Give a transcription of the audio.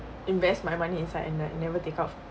invest my money inside and like never take out